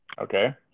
Okay